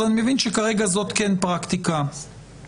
אני מבין שכרגע זאת כן פרקטיקה שנעשית,